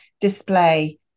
display